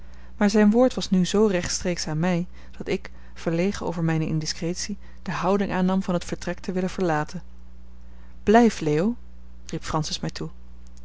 maar zijn woord was nu zoo rechtstreeks aan mij dat ik verlegen over mijne indiscretie de houding aannam van het vertrek te willen verlaten blijf leo riep francis mij toe